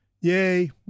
Yay